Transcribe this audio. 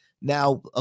now